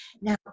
Now